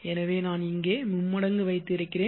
எனவே நான் இங்கே மும்மடங்கு வைத்து இருக்கிறேன்